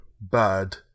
bad